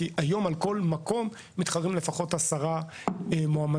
כי היום על כל מקום מתחרים לפחות עשרה מועמדים.